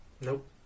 Nope